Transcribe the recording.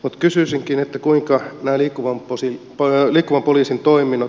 kysyisinkin että kuinka ne liikkuvat tosin panee liikkuvan poliisin toiminta